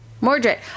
Mordred